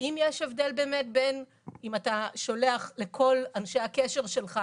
האם יש הבדל באמת בין אם אתה שולח לכל אנשי הקשר שלך,